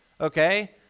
okay